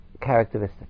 characteristic